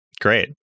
Great